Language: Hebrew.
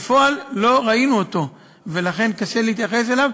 בפועל לא ראינו אותו ולכן קשה להתייחס אליו,